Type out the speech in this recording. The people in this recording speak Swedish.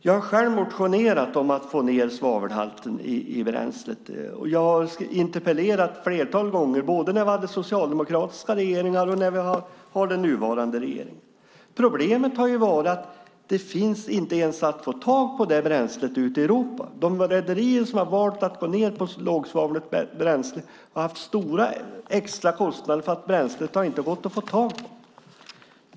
Jag har själv motionerat om att få ned svavelhalten i bränslet, och jag har interpellerat ett flertal gånger, både när vi har haft socialdemokratiska regeringar och nu när vi har den nuvarande regeringen. Problemet har varit att detta bränsle inte ens finns att få tag på ute i Europa. De rederier som har valt att gå över till bränsle med låg svavelhalt har haft stora extrakostnader eftersom bränslet inte har gått att få tag på.